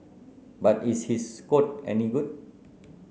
but is his code any good